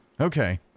Okay